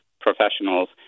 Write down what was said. professionals